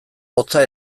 hotza